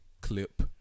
clip